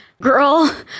girl